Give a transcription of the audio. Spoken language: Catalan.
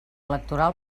electoral